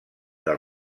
del